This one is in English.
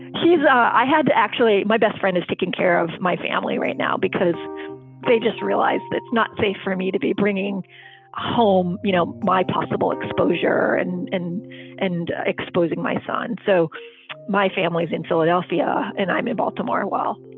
he's i had actually my best friend is taking care of my family right now because they just realized that's not safe for me to be bringing home, you know, my possible exposure and and and exposing my son. so my family's in philadelphia and i'm in baltimore. well,